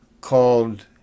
called